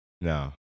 No